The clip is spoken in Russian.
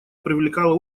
привлекало